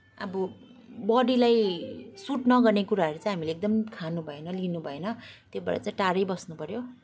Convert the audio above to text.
अब बडीलाई सुट नगर्ने कुराहरू चाहिँ हामीले एकदम खानभएन लिनभएन त्योबाट चाहिँ टाढै बस्न पऱ्यो